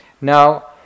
Now